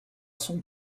son